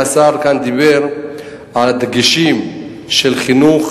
השר דיבר כאן על דגשים של חינוך,